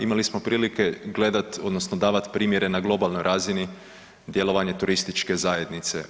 Imali smo prilike gledat odnosno davat primjere na globalnoj razini djelovanje turističke zajednice.